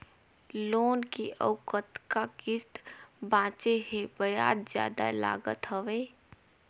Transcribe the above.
Loan के अउ कतका किस्त बांचें हे? ब्याज जादा लागत हवय,